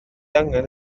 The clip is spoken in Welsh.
angen